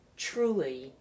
Truly